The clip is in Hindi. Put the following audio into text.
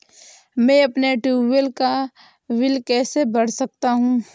मैं अपने ट्यूबवेल का बिल कैसे भर सकता हूँ?